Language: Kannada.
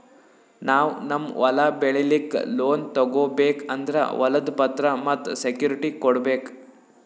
ನಾವ್ ನಮ್ ಹೊಲ ಬೆಳಿಲಿಕ್ಕ್ ಲೋನ್ ತಗೋಬೇಕ್ ಅಂದ್ರ ಹೊಲದ್ ಪತ್ರ ಮತ್ತ್ ಸೆಕ್ಯೂರಿಟಿ ಕೊಡ್ಬೇಕ್